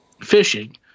fishing